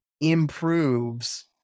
improves